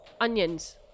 onions